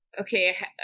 Okay